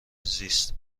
زیست